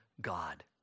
God